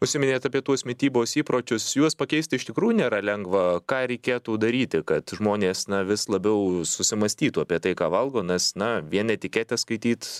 užsiminėt apie tuos mitybos įpročius juos pakeist iš tikrųjų nėra lengva ką reikėtų daryti kad žmonės na vis labiau susimąstytų apie tai ką valgo nes na vien etiketes skaityt